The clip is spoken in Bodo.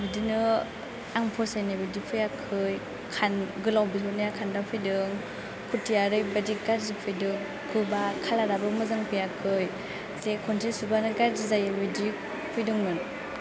बिदिनो आं फसायनायबायदि फैयाखै खान गोलाव बिहरनाया खान्दा फैदों खुरथिया ओरैबायदि गाज्रि फैदों गोबा कालार आबो मोजां फैयाखै जे खनसे सुबानो गाज्रि जायो बिदि फैदोंमोन